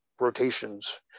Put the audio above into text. rotations